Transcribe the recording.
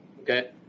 Okay